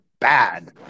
bad